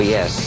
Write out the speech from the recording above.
Yes